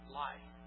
life